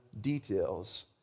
details